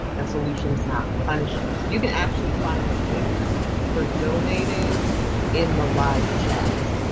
and solutions not punishments. you can actually find a link for donating in the live chat.